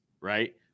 right